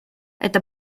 это